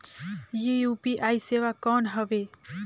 ये यू.पी.आई सेवा कौन हवे?